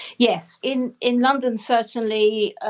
yes, in in london, certainly, ah